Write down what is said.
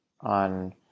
on